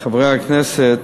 חברי הכנסת,